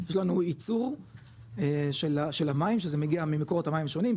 יש לנו ייצור של המים שזה מגיע ממקורות המים השונים,